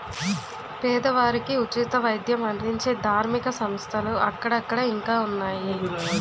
పేదవారికి ఉచిత వైద్యం అందించే ధార్మిక సంస్థలు అక్కడక్కడ ఇంకా ఉన్నాయి